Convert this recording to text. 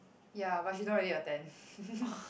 ya but she don't really attend